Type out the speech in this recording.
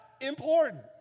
important